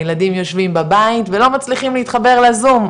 הילדים יושבים בבית ולא מצליחים להתחבר לזום,